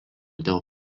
dėl